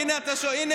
הינה,